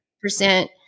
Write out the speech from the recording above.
percent